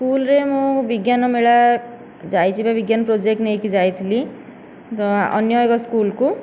ସ୍କୁଲରେ ମୁଁ ବିଜ୍ଞାନ ମେଳା ଯାଇଛି ବିଜ୍ଞାନ ପ୍ରୋଜେକ୍ଟ ନେଇକି ଯାଇଥିଲି ତ ଅନ୍ୟ ଏକ ସ୍କୁଲକୁ